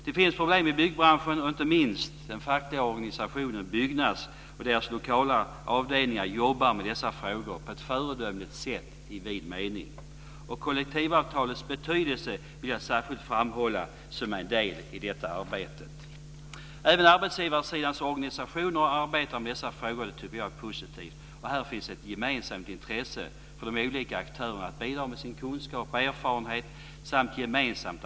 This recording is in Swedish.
Det finns problem i byggbranschen. Inte minst den fackliga organisationen Byggnads och de lokala avdelningarna jobbar med dessa frågor på ett i vid mening föredömligt sätt. Jag vill särskilt framhålla kollektivavtalets betydelse som en del i detta arbete. Även arbetsgivarsidans organisationer arbetar med dessa frågor, och det tycker jag är positivt. Här finns ett gemensamt intresse för olika aktörer att bidra med sina kunskaper och erfarenheter och agera gemensamt.